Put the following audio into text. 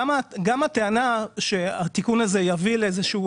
גם הטענה לפיה התיקון הזה יביא לאיזה שהוא